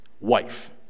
wife